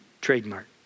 Trademark